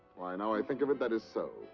why, now i think of it, that is so.